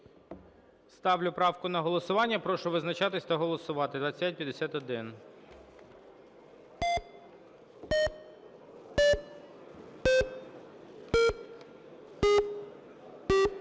Ставлю правку на голосування. Прошу визначатись та голосувати 2551.